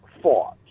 fought